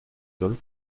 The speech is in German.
soll